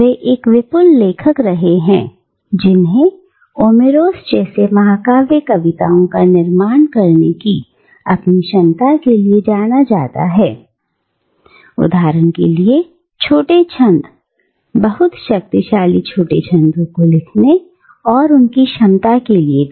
वे एक विपुल लेखक रहे हैं जिन्हें ओमेरोस जैसी महाकाव्य कविताओं का निर्माण करने की अपनी क्षमता के लिए जाना जाता है उदाहरण के लिए छोटे छंद बहुत शक्तिशाली छोटे छंदों को लिखने की उनकी क्षमता के लिए भी